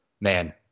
man